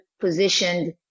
positioned